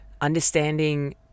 understanding